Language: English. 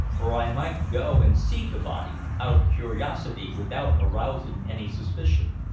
for i might go and see the body out of curiosity without arousing any suspicion.